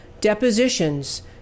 depositions